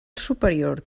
superior